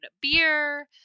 beer